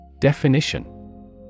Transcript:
Definition